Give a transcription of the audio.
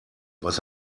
was